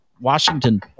Washington